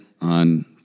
on